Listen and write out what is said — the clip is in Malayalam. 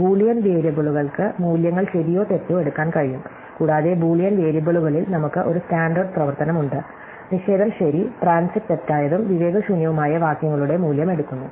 ബൂളിയൻ വേരിയബിളുകൾക്ക് മൂല്യങ്ങൾ ശരിയോ തെറ്റോ എടുക്കാൻ കഴിയും കൂടാതെ ബൂളിയൻ വേരിയബിളുകളിൽ നമുക്ക് ഒരു സ്റ്റാൻഡേർഡ് പ്രവർത്തനമുണ്ട് നിഷേധം ശരി ട്രാൻസിറ്റ് തെറ്റായതും വിവേകശൂന്യവുമായ വാക്യങ്ങളുടെ മൂല്യം എടുക്കുന്നു